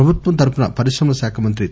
ప్రభుత్వం తరపున పరిశ్రమల శాఖ మంత్రి కె